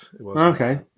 Okay